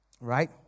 Right